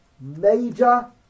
Major